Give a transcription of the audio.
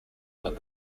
but